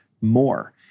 more